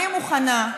אני מוכנה,